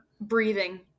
Breathing